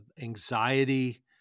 anxiety